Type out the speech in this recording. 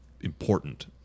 important